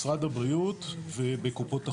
הבריאות ובקופות החולים.